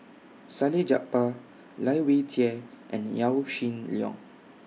Salleh Japar Lai Weijie and Yaw Shin Leong